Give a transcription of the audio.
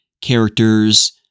characters